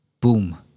Boom